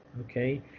Okay